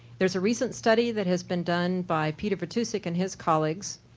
there's a recent study that has been done by peter vitousek and his colleagues,